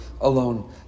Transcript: alone